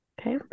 Okay